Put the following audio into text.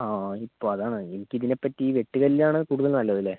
ആ ഇപ്പോൾ അതാണ് എനിക്കിതിനെപ്പറ്റി വെട്ടു കല്ലാണ് കൂടുതൽ നല്ലത് അല്ലേ